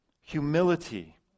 Humility